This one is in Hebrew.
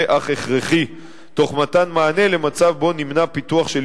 אך הכרחי תוך מתן מענה למצב שבו נמנע פיתוח של